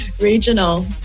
regional